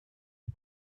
his